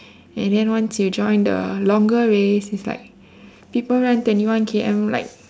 and then once you join the longer race it's like people run twenty one K M like